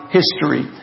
history